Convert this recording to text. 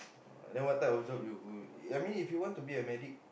then what type of job you I mean if you want to be a medic